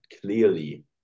clearly